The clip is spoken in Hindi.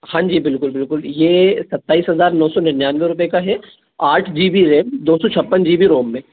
हाँ जी बिल्कुल बिल्कुल ये सत्ताईस हज़ार नौ सौ निन्यानवे रुपए का है आठ जी बी रैम दो सौ छप्पन जी बी रोम में